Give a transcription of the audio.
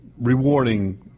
rewarding